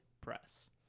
press